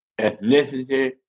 ethnicity